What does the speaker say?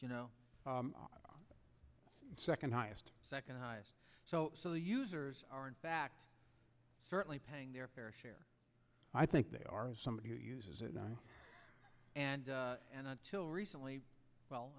you know the second highest second highest so the users are in fact certainly paying their fair share i think they are as somebody who uses it and and until recently well